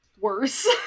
worse